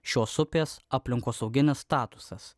šios upės aplinkosauginis statusas